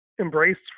embraced